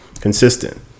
consistent